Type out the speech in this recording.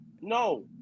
no